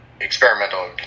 experimental